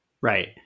Right